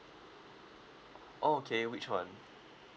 oh okay which one